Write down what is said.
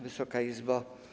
Wysoka Izbo!